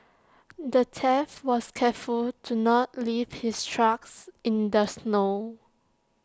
the thief was careful to not leave his tracks in the snow